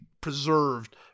preserved